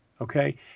Okay